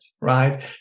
right